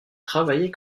travaillaient